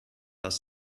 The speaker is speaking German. das